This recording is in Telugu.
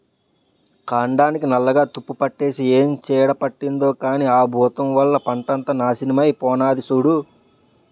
కాండానికి నల్లగా తుప్పుపట్టేసి ఏం చీడ పట్టిందో కానీ ఆ బూతం వల్ల పంటంతా నాశనమై పోనాది సూడూ